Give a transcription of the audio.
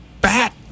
bat